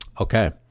Okay